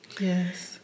Yes